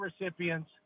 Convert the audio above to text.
recipients